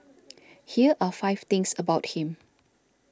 here are five things about him